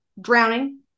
drowning